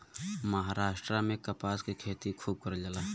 महाराष्ट्र में कपास के खेती खूब करल जाला